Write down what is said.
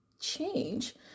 change